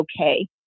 okay